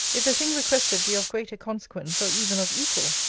if the thing requested be of greater consequence, or even of equal,